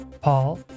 Paul